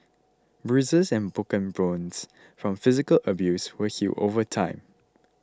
bruises and broken bones from physical abuse will heal over time